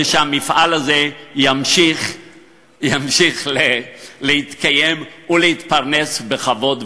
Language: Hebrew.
שהמפעל הזה ימשיך להתקיים ולהתפרנס בכבוד,